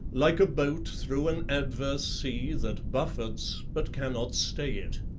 like a boat through an adverse sea that buffets but cannot stay it.